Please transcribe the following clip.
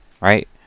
right